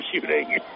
shooting